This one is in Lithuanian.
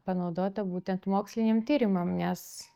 panaudota būtent moksliniam tyrimam nes